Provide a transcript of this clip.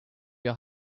your